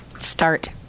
Start